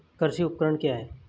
कृषि उपकरण क्या है?